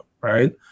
right